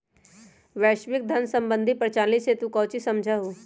वैश्विक धन सम्बंधी प्रणाली से तू काउची समझा हुँ?